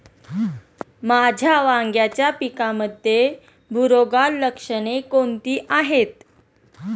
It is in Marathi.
माझ्या वांग्याच्या पिकामध्ये बुरोगाल लक्षणे कोणती आहेत?